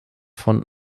von